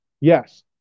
Yes